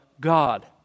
God